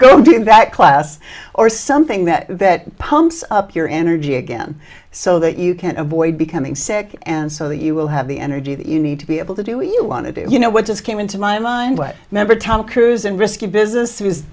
go to that class or something that that pumps up your energy again so that you can avoid becoming sick and so that you will have the energy that you need to be able to do what you want to do you know what just came into my mind what remember tom cruise in risky business was